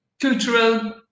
cultural